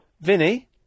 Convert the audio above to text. Vinny